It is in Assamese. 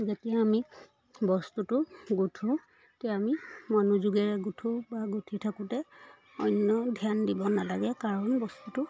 যেতিয়া আমি বস্তুটো গুঠোঁ তেতিয়া আমি মনোযোগেৰে গুঠোঁ বা গুঁঠি থাকোঁতে অন্য ধ্যান দিব নালাগে কাৰণ বস্তুটো